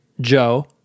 Joe